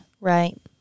Right